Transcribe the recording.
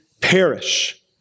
perish